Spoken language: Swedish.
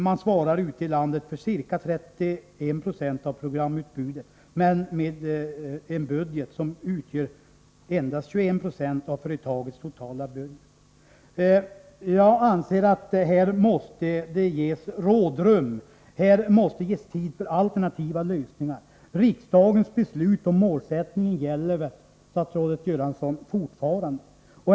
Distrikten ute i landet svarar för ca 31 20 av programutbudet, med en budget som utgör endast 21 90 av företagets totala budget. Jag anser att det här måste ges rådrum, tid för framtagande av alternativa lösningar. Riksdagens beslut om målsättningen gäller väl fortfarande, statsrådet Göransson?